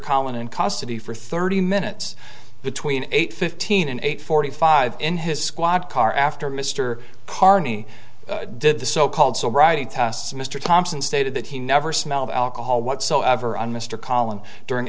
collin in custody for thirty minutes between eight fifteen and eight forty five in his squad car after mr carney did the so called so right tests mr thompson stated that he never smelled alcohol whatsoever on mr collins during